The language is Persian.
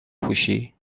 پوشی